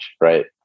right